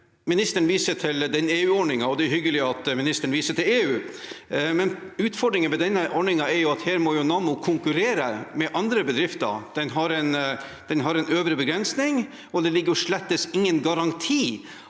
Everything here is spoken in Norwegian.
Ministeren viser til den EU-ordningen, og det er hyggelig at ministeren viser til EU, men utfordringen med denne ordningen er at her må Nammo konkurrere med andre bedrifter. Den har en øvre begrensning, og det er slettes ingen garanti